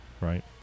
right